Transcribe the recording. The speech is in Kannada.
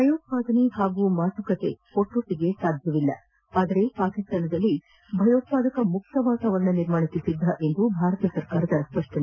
ಭಯೋತ್ವಾದನೆ ಹಾಗೂ ಮಾತುಕತೆ ಒಟ್ಟೊಟ್ಟಿಗೆ ಸಾಧ್ಯವಿಲ್ಲ ಆದರೆ ಪಾಕಿಸ್ತಾನದಲ್ಲಿ ಭಯೋತ್ಪಾದಕ ಮುಕ್ತ ವಾತಾವರಣ ನಿರ್ಮಾಣಕ್ಕೆ ಸಿದ್ದ ಎಂದು ಭಾರತದ ಸರ್ಕಾರ ಸ್ಪಷ್ವನೆ